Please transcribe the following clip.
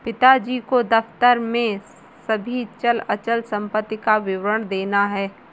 पिताजी को दफ्तर में सभी चल अचल संपत्ति का विवरण देना है